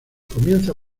comienza